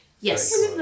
Yes